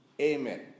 Amen